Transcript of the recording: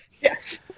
Yes